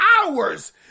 hours